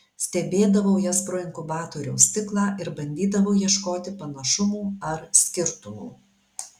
stebėdavau jas pro inkubatoriaus stiklą ir bandydavau ieškoti panašumų ar skirtumų